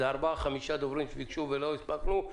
זה ארבעה-חמישה דוברים שביקשו ולא הספקנו.